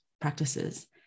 practices